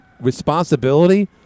responsibility